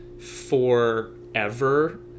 forever